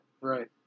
Right